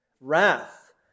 wrath